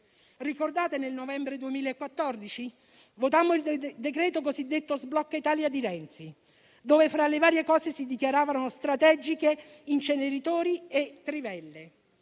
Ricordate nel novembre 2014? Votammo il decreto cosiddetto sblocca Italia di Renzi, nel quale, fra le varie cose, si dichiaravano strategici inceneritori e trivelle.